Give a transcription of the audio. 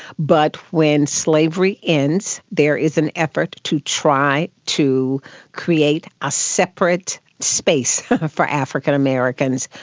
but when slavery ends there is an effort to try to create a separate space for african americans,